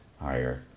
higher